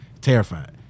Terrified